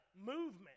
movement